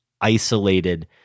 isolated